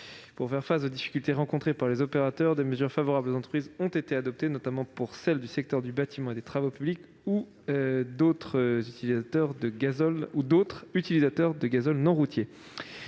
Pour faire face aux difficultés rencontrées par les opérateurs, des mesures favorables aux entreprises ont été adoptées, notamment pour celles du secteur du bâtiment et des travaux publics, ainsi que pour d'autres utilisateurs de gazole non routier.